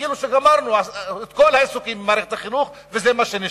כאילו גמרנו את כל העיסוקים במערכת החינוך וזה מה שנשאר.